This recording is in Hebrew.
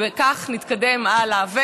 ובכך נתקדם הלאה.